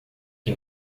que